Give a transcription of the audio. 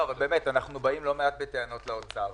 אנחנו באים לא מעט בטענות לאוצר,